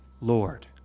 Lord